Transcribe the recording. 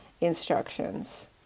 instructions